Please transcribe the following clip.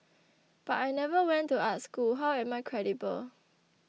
but I never went to art school how am I credible